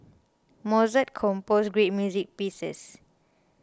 Mozart composed great music pieces